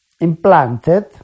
implanted